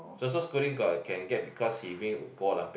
Joseph Schooling got can get because he win World Olympic